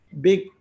big